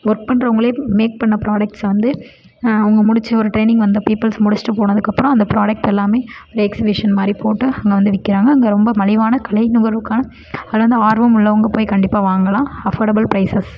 work பண்றவங்களே make பண்ண products வந்து அவங்க முடித்த ஒரு ட்ரெயினிங் வந்த பீப்பிள்ஸ் முடிஷ்ட்டு போனதுக்கப்பறம் அந்த ப்ராடக்ட் எல்லாம் ஒரு எக்ஸிபிஷன் மாதிரி போட்டு அங்கே வந்து விற்கிறாங்க அங்கே ரொம்ப மலிவான கலை நுகர்வோருக்கான அதில் வந்து ஆர்வம் உள்ளவங்க போய் கண்டிப்பாக வாங்கலாம் அஃபோர்டபுள் பிரைஸஸ்